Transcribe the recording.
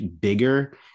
bigger